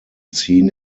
seen